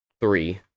three